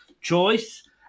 choice